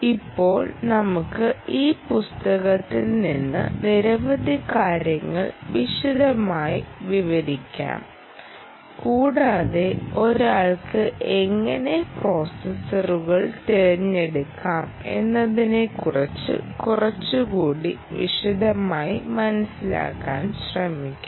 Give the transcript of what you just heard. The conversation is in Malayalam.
ഇപ്പോൾ നമുക്ക് ഈ പുസ്തകത്തിൽ നിന്ന് നിരവധി കാര്യങ്ങൾ വിശദമായി വിവരിക്കാം കൂടാതെ ഒരാൾക്ക് എങ്ങനെ പ്രോസസ്സറുകൾ തിരഞ്ഞെടുക്കാം എന്നതിനെക്കുറിച്ച് കുറച്ചുകൂടി വിശദമായി മനസ്സിലാക്കാൻ ശ്രമിക്കാം